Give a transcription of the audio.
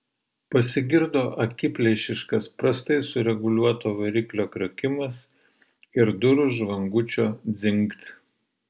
pasigirdo akiplėšiškas prastai sureguliuoto variklio kriokimas ir durų žvangučio dzingt